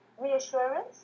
reassurance